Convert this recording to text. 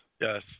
Yes